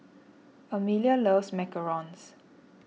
Emilia loves Macarons